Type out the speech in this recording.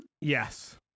Yes